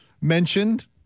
mentioned